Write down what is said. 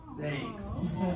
Thanks